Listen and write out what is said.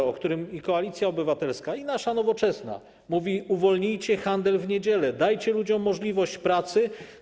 I Koalicja Obywatelska, i nasza Nowoczesna mówią: uwolnijcie handel w niedziele, dajcie ludziom możliwość pracy.